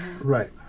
right